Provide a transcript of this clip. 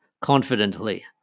confidently